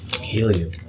helium